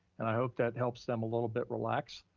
and i hope that helps them a little bit relax.